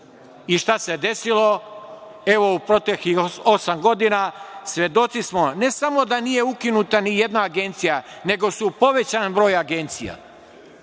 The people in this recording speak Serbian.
I šta se desilo? Evo, u proteklih osam godina svedoci smo ne samo da nije ukinuta nijedna agencija, nego su povećali broj agencija.